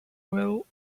well